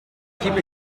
keep